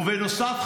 ובנוסף,